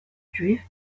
drift